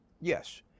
yes